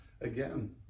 again